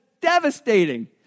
devastating